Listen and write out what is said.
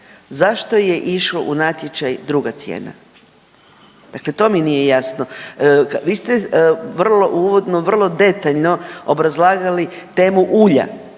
zašto je išla u natječaj druga cijena? Dakle, to mi nije jasno. Vi ste uvodno vrlo detaljno obrazlagali temu ulja